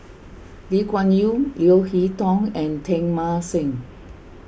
Lee Kuan Yew Leo Hee Tong and Teng Mah Seng